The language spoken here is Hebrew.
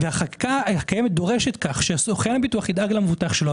החקיקה הקיימת דורשת שסוכן הביטוח ידאג למבוטח שלו,